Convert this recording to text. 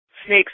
snakes